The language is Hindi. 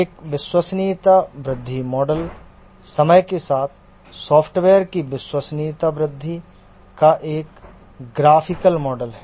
एक विश्वसनीयता वृद्धि मॉडल समय के साथ सॉफ्टवेयर की विश्वसनीयता वृद्धि का एक ग्राफिकल मॉडल है